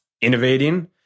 innovating